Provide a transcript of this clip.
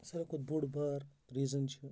ساروِی کھۄتہٕ بوٚڑ بار ریٖزَن چھِ